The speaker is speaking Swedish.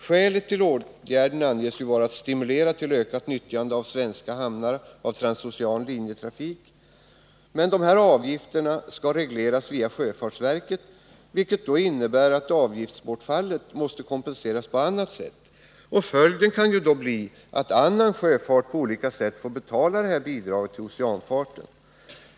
Skälet till åtgärden anges vara att stimulera till ökat nyttjande av svenska hamnar av transocean linjetrafik. Men dessa avgifter skall regleras via sjöfartsverket, vilket innebär att avgiftsbortfallet måste kompenseras på annat sätt. Då kan följden bli att annan sjöfart på olika sätt får betala detta bidrag till oceanfarten.